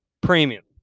Premium